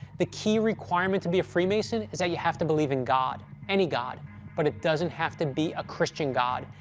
the key requirement to be a freemason is that you have to believe in god any god but it doesn't have to be a christian god,